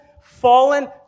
fallen